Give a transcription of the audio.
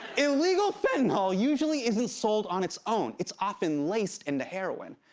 illegal fentanyl usually isn't sold on its own. it's often laced into heroin,